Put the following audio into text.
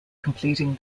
completing